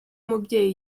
umubyeyi